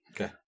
Okay